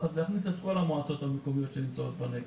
אז להכניס את כל המועצות המקומיות שנמצאות בנגב.